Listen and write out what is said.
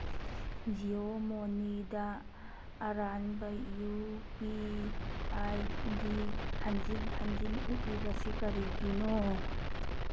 ꯖꯤꯌꯣ ꯃꯣꯅꯤꯗ ꯑꯔꯥꯟꯕ U P I D ꯍꯟꯖꯤꯜ ꯍꯟꯖꯤꯜ ꯎꯠꯂꯤꯕꯁꯤ ꯀꯔꯤꯒꯤꯅꯣ